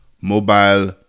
mobile